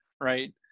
right